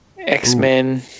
X-Men